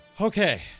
Okay